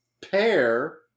pair